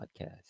podcast